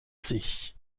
sich